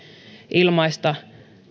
ilmaista